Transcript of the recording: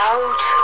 Out